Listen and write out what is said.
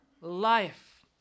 life